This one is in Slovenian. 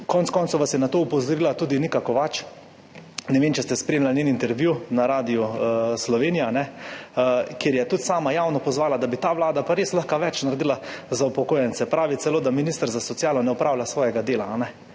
Konec koncev vas je na to opozorila tudi Nika Kovač, ne vem, če ste spremljali njen intervju na Radiu Slovenija, kjer je tudi sama javno pozvala, da bi ta vlada pa res lahko več naredila za upokojence. Pravi celo, da minister za socialo ne opravlja svojega dela,